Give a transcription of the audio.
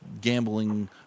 gambling